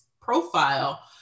profile